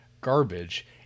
garbage